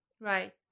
Right